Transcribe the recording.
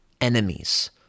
enemies